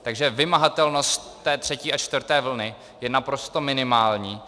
Takže vymahatelnost té třetí a čtvrté vlny je naprosto minimální.